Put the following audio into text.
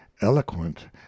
eloquent